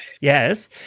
yes